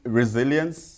resilience